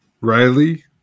Riley